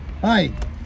hi